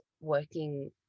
working